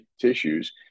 tissues